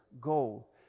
goal